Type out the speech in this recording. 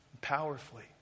powerfully